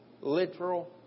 literal